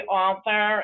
author